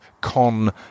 con